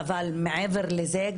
אבל מעבר לזה,